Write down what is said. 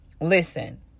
Listen